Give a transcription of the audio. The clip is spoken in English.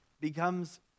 becomes